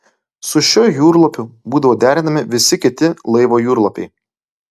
su šiuo jūrlapiu būdavo derinami visi kiti laivo jūrlapiai